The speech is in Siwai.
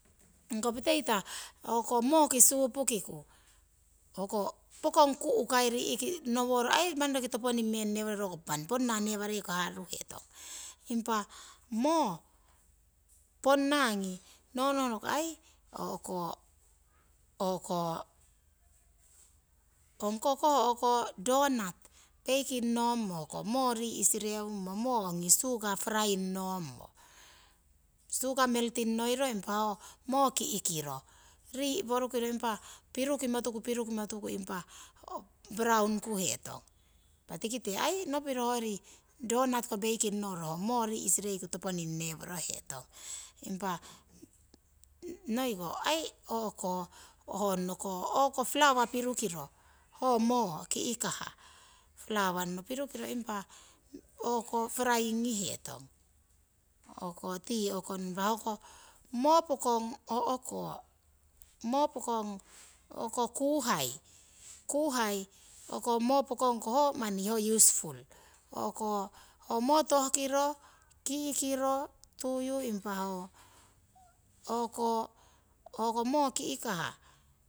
. Ongko peteita o'ko mooki supukiku hoko pokong ku' kai rii'ki ngoworo kong manni roki toponing neworohetong, roko manni ponna newareiko haruhetong. Impa moo ponna ngi no nohnoko aii o'ko ongko koh donut peiking ngommo hoko moo rii' sirewummo, moo ongi sugar frying ngomo, sugar melting noiro impa ho moo ki'kiro rii' porukiro impa pirukimotuku pirukimotuku impa brown kuhetong. Impa tikite nopiro aii hoyori donut ko baking noro ho moo rii' sireiku toponing neworohetong. Impa noi ko aii o'ko honnoko o'ko flour pirukiro ho moo k'kah, flour wanno pirukiro impa o'ko frying ngihetong. Impa hoko moo pokong o'ko, moo pokong o'ko kuhai, kuhai o'ko moo pokong ko ho manni ho useful, moo tohkiro, ki'kiro tuyu impa o'ko hoko moo ki'kah